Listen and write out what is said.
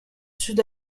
sud